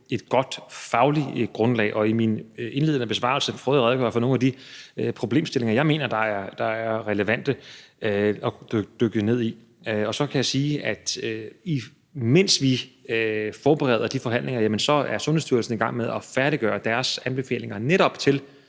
et godt fagligt grundlag. I min indledende besvarelse prøvede jeg at redegøre for nogle af de problemstillinger, jeg mener er relevante at dykke ned i. Så kan jeg sige, at mens vi forbereder de forhandlinger, er Sundhedsstyrelsen i gang med at færdiggøre deres anbefalinger netop til